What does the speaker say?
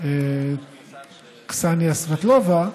קסניה סבטלובה,